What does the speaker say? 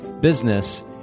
business